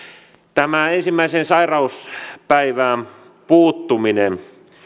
tämä ensimmäisen sairauspäivään puuttuminen